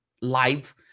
live